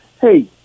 Hey